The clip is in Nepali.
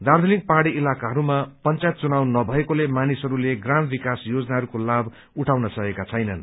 दार्जीलिङ पहाड़ी इलाकाहरूमा पंचायत चुनाव नभएकोले मानिसहरूले ग्राम विकास योजनाहरूको लाभ उठाउन सकेका छैनन्